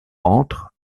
entre